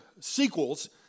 sequels